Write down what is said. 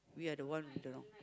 we are the one who don't know